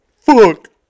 Fuck